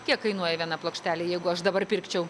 kiek kainuoja viena plokštelė jeigu aš dabar pirkčiau